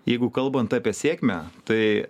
jeigu kalbant apie sėkmę tai